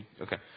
Okay